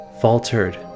faltered